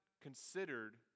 considered